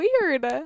weird